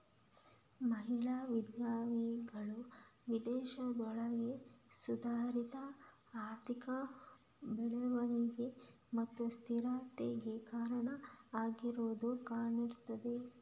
ಮಹಿಳಾ ಉದ್ಯಮಿಗಳು ದೇಶದೊಳಗೆ ಸುಧಾರಿತ ಆರ್ಥಿಕ ಬೆಳವಣಿಗೆ ಮತ್ತು ಸ್ಥಿರತೆಗೆ ಕಾರಣ ಆಗಿರುದು ಕಾಣ್ತಿದೆ